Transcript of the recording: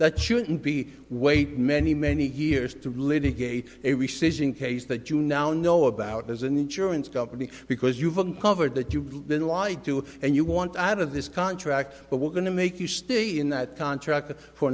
that shouldn't be wait many many years to litigate case that you now know about as an insurance company because you've uncovered that you've been lied to and you want out of this contract but we're going to make you stay in that contract for